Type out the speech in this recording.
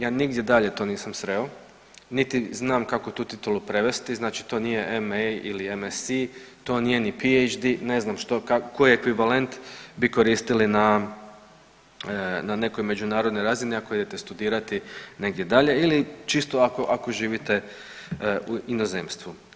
Ja nigdje dalje to nisam sreo, niti znam kako tu titulu prevesti znači to nije ma. ili mac. to nije ni phd., ne znam što koji ekvivalent bi koristili na, na nekoj međunarodnoj razini ako idete studirati negdje dalje ili čisto ako živite u inozemstvu.